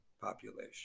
population